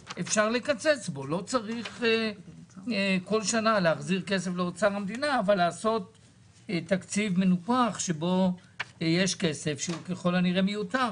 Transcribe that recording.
לא צריך כל שנה לעשות תקציב מנופח שבו יש כסף שהוא ככל הנראה מיותר.